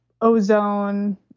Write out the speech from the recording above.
ozone